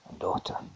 daughter